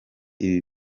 ibi